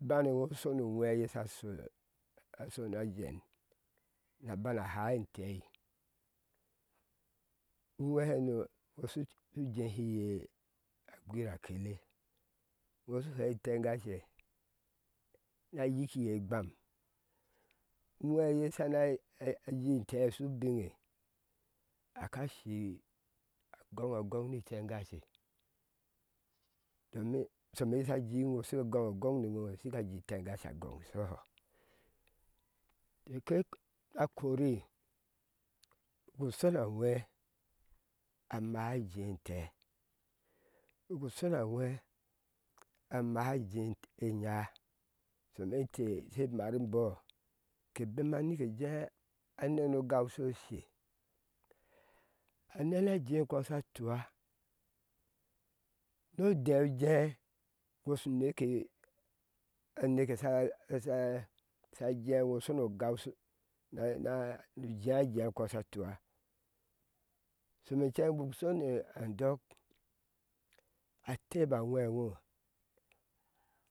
Bane yom shoni a shona a jen na bana haa intɛɛ uŋweno shu jehiye a gwira kele. iŋo shu hea tengashe na yikiye igbam uŋweye sha e ajen ɛtee shubiŋ aka shi agɔŋ agoŋ ni tengashe ɔmi ye jeu ino gɔn gɔŋ ni iŋo shika jii tengshae agɔŋ shɔhɔ teke a kori ke shɔna ŋwe keleteh she mari bɔɔ ke bɛma nike jen aneni ogau shu sshe a neni jea kɔ sha tua no odɛn jen iŋo shu neke aneke sha jen shɔno gau nu jea jea kɔ sha tua shome cheŋ bik shɔna adɔk atɛba aŋwe iŋo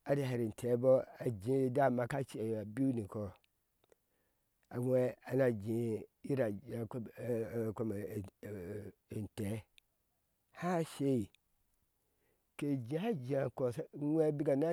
here ɛtɛbɔɔ ajee aye dama ka shia bibiu ni kɔ aŋwe ana jɛ ira jea komɛɛ komi atɛɛ ha shei ke jea jea uŋwe bika na.